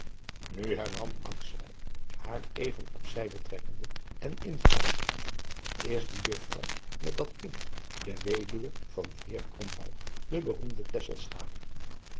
nu hernam akswijk haar even op zijde trekkende en influisterende is die juffrouw met dat kind de weduwe van den heer krombalg de beroemde